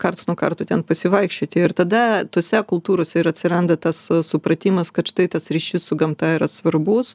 karts nuo karto ten pasivaikščioti ir tada tose kultūrose ir atsiranda tas supratimas kad štai tas ryšys su gamta yra svarbus